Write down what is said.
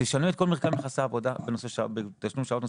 זה ישנה את כל מרקם יחסי העבודה בנושא שעות נוספות.